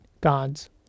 God's